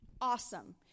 Awesome